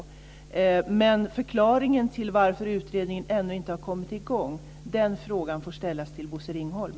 Frågan om en förklaring till att utredningen ännu inte har kommit i gång får dock ställas till Bosse Ringholm.